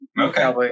Okay